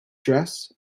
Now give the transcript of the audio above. dress